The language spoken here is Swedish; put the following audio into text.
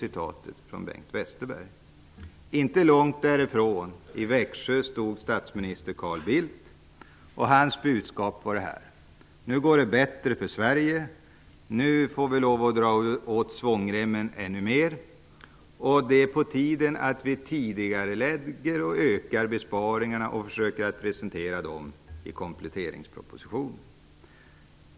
Inte långt därifrån, i Växjö, var statsminister Carl Bildts budskap att det nu går bättre för Sverige, att svångremmen ytterligare kan dras åt och att det nu är på tiden att tidigarelägga och öka besparingarna genom förslag i kompletteringspropositionen.